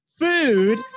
Food